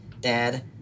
Dad